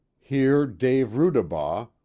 here dave rudabaugh,